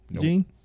Gene